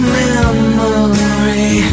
memory